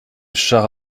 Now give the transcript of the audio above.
char